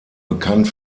bekannt